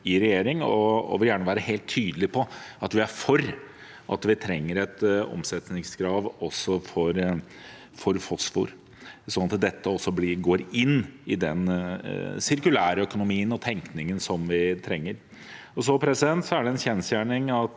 vi vil gjerne være helt tydelige på at vi er for at vi trenger et omsetningskrav også for fosfor, slik at dette også går inn i den sirkulærøkonomien og tenkningen vi trenger. Det er en kjensgjerning